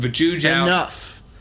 enough